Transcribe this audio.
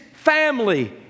family